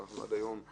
עד היום אנחנו